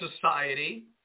society